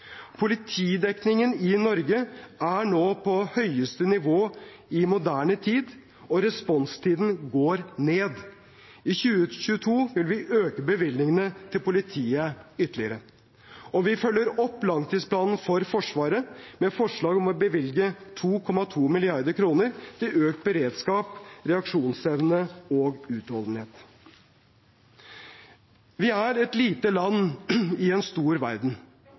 Politidekningen i Norge er nå på sitt høyeste nivå i moderne tid, og responstiden går ned. I 2022 vil vi øke bevilgningene til politiet ytterligere. Vi følger også opp langtidsplanen for Forsvaret med et forslag om å bevilge 2,2 mrd. kr til økt beredskap, reaksjonsevne og utholdenhet. Vi er et lite land i en stor verden.